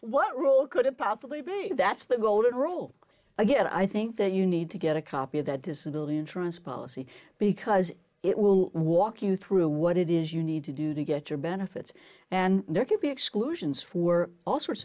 what rule could it possibly be that's the golden rule again i think that you need to get a copy of that disability insurance policy because it will walk you through what it is you need to do to get your benefits and there could be exclusions for all sorts